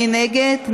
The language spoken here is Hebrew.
מי נגד?